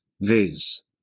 viz